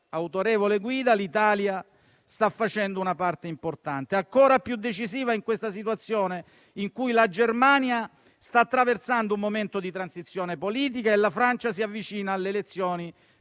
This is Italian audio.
autorevole guida l'Italia sta facendo una parte importante, ancora più decisiva in una situazione in cui la Germania sta attraversando un momento di transizione politica e la Francia si avvicina alle elezioni